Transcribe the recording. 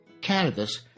cannabis